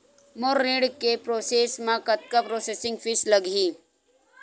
मोर ऋण के प्रोसेस म कतका प्रोसेसिंग फीस लगही?